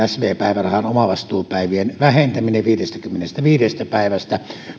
sv päivärahan omavastuupäivien vähentäminen viidestäkymmenestäviidestä päivästä